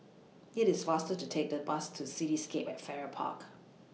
IT IS faster to Take The Bus to Cityscape At Farrer Park